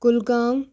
Kulgam